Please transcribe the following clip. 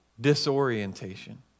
disorientation